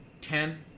ten